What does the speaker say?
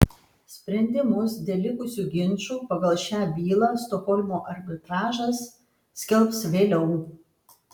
sprendimus dėl likusių ginčų pagal šią bylą stokholmo arbitražas skelbs vėliau